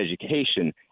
education